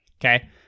Okay